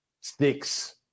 sticks